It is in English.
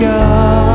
God